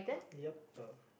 yup